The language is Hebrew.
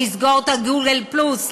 לסגור את גוגל פלוס,